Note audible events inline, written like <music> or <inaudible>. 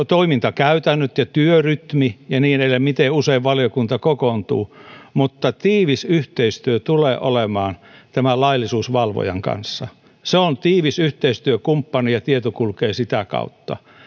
<unintelligible> toimintakäytännöt ja työrytmi ja niin edelleen miten usein valiokunta kokoontuu mutta yhteistyö tulee olemaan tiivis tämän laillisuusvalvojan kanssa se on tiivis yhteistyökumppani ja tieto kulkee sitä kautta